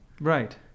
Right